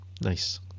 Nice